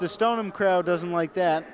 to stone him crowd doesn't like that